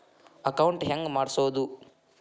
Account ಹೆಂಗ್ ಮಾಡ್ಸೋದು?